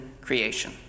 creation